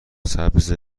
سبز